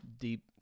deep